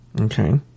Okay